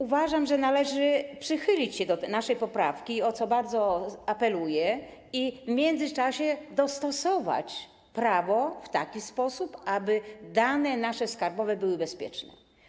Uważam, że należy przychylić się do naszej poprawki - o co bardzo apeluję - i w międzyczasie dostosować prawo w taki sposób, aby nasze dane skarbowe były bezpieczne.